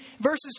verses